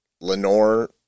Lenore